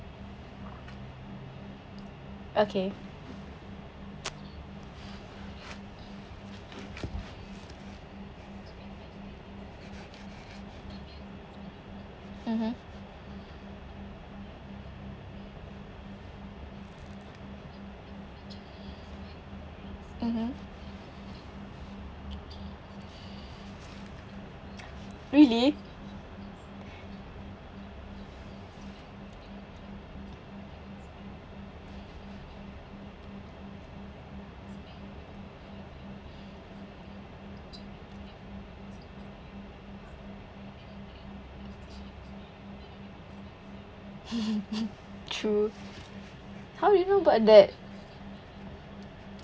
okay mmhmm mmhmm really true how do you know about that